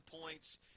points